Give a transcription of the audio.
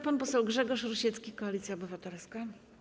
Pan poseł Grzegorz Rusiecki, Koalicja Obywatelska.